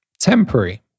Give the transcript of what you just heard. temporary